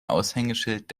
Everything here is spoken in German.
aushängeschild